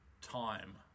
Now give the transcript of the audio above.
time